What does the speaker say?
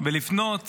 ולפנות